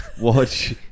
watch